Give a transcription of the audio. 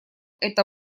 это